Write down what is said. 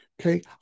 Okay